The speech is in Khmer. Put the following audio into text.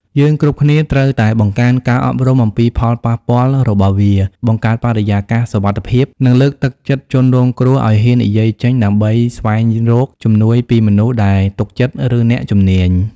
យើងគ្រប់គ្នាត្រូវតែបង្កើនការអប់រំអំពីផលប៉ះពាល់របស់វា បង្កើតបរិយាកាសសុវត្ថិភាព និងលើកទឹកចិត្តជនរងគ្រោះឲ្យហ៊ាននិយាយចេញ ដើម្បីស្វែងរកជំនួយពីមនុស្សដែលទុកចិត្ត ឬអ្នកជំនាញ។